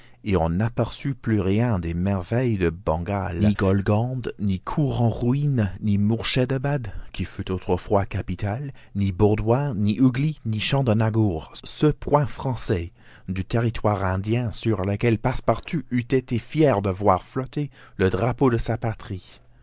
et on n'aperçut plus rien des merveilles du bengale ni golgonde ni gour en ruine ni mourshedabad qui fut autrefois capitale ni burdwan ni hougly ni chandernagor ce point français du territoire indien sur lequel passepartout eût été fier de voir flotter le drapeau de sa patrie